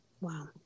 Wow